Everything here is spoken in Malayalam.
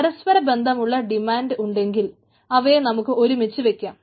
പരസ്പര ബന്ധമുള്ള ഡിമാന്റ് ഉണ്ടെങ്കിൽ അവയെ നമുക്ക് ഒരുമിച്ചു വക്കാം